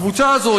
הקבוצה הזאת,